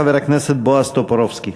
חבר הכנסת בועז טופורובסקי.